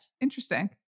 interesting